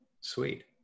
Sweet